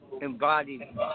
embodied